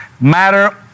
matter